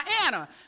Diana